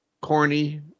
corny